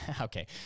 Okay